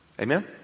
Amen